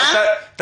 הצטמצמו.